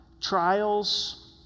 trials